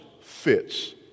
fits